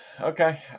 Okay